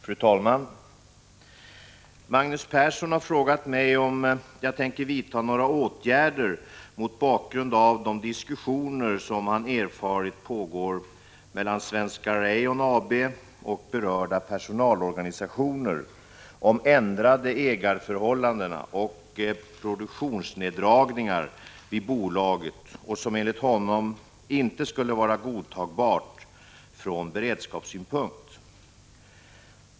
Fru talman! Magnus Persson har frågat mig om jag tänker vidta några åtgärder mot bakgrund av de diskussioner som han erfarit pågår mellan Svenska Rayon AB och berörda personalorganisationer om ändrade ägarförhållanden och produktionsneddragningar vid bolaget som enligt honom inte skulle vara godtagbara från beredskapssynpunkt.